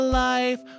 life